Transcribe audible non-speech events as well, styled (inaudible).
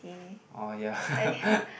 oh ya (laughs)